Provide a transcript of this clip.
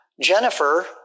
Jennifer